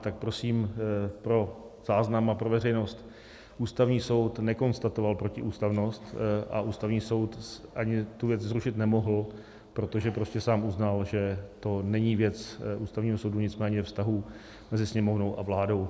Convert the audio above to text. Tak prosím pro záznam a pro veřejnost: Ústavní soud nekonstatoval protiústavnost a Ústavní soud ani tu věc zrušit nemohl, protože prostě sám uznal, že to není věc Ústavního soudu, nicméně vztahů mezi Sněmovnou a vládou.